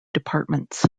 departments